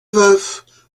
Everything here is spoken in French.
veuf